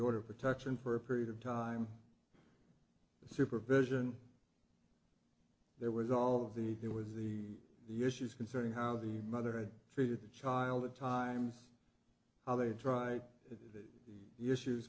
order of protection for a period of time supervision there was all of the it was the the issues concerning how the mother had figured the child at times how they dry issues